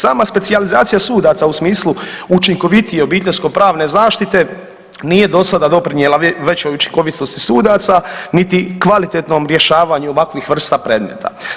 Sama specijalizacija sudaca u smislu učinkovitije obiteljsko pravne zaštite nije dosada doprinijela većoj učinkovitosti sudaca niti kvalitetnom rješavanju ovakvih vrsta predmeta.